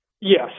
Yes